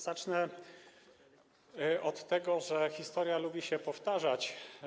Zacznę od tego, że historia lubi się powtarzać.